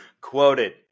Quoted